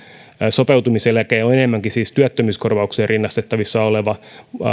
sopeutumiseläke on siis enemmänkin työttömyyskorvaukseen rinnastettavissa oleva